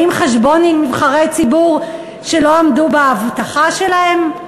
באים חשבון עם נבחרי ציבור שלא עמדו בהבטחה שלהם?